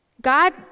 God